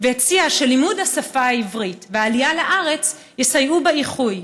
והציע שלימוד השפה העברית והעלייה לארץ יסייעו באיחוי.